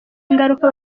ingaruka